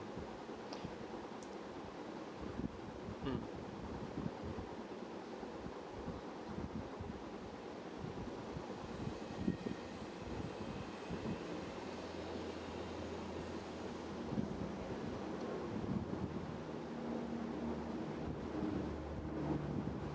mm